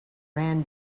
ran